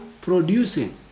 producing